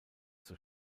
zur